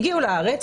הם הגיעו לארץ,